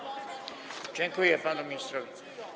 Dziękuję panu ministrowi.